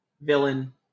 villain